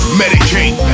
medicate